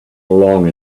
along